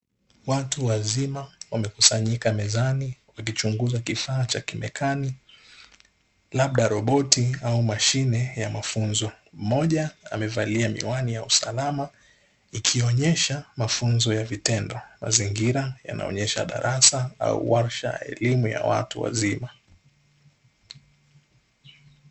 Watu wazima, wamekusanyika mezani wakichunguza kifaa cha kimekani, labda roboti au mashine ya mafunzo. Mmoja amevalia miwani ya usalama, ikionyesha mafunzo ya vitendo. Mazingira yanaonyesha darasa au warsha, elimu ya watu wazima.